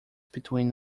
between